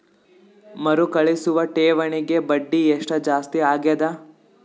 ಮರುಕಳಿಸುವ ಠೇವಣಿಗೆ ಬಡ್ಡಿ ಎಷ್ಟ ಜಾಸ್ತಿ ಆಗೆದ?